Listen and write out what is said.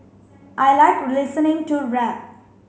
I like listening to rap